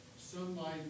sunlight